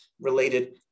related